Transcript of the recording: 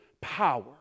power